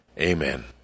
Amen